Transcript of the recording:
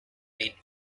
lead